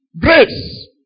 grace